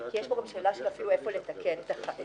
כי יש פה שאלה של איפה לתקן את החוק.